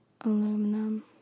Aluminum